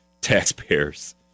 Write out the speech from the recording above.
taxpayers